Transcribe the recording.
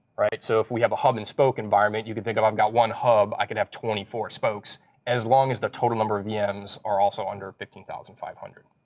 so if we have a hub and spoke environment, you can think of i've got one hub. i can have twenty four spokes as long as the total number of vms are also under fifteen thousand five hundred.